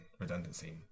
redundancy